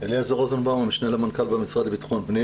אני המשנה למנכ"ל במשרד לבט"פ.